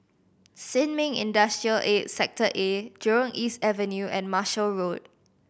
Sin Ming Industrial Estate Sector A Jurong East Avenue and Marshall Road